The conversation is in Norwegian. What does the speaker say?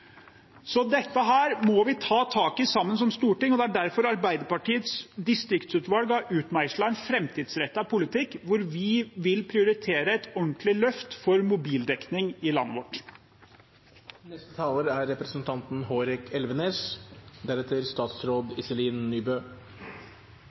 Dette må vi som storting ta tak i sammen, og det er derfor Arbeiderpartiets distriktsutvalg har utmeislet en framtidsrettet politikk, der vi vil prioritere et ordentlig løft for mobildekning i landet vårt.